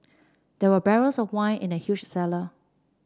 there were barrels of wine in the huge cellar